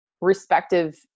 respective